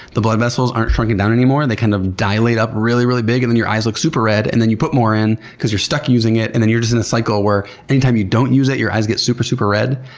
the blood vessels aren't shrunken down anymore, and they kind of dilate up really, really big. and then your eyes look super red, and then you put more in because you're stuck using it. and then you're just in a cycle where anytime you don't use it, your eyes get super, super red,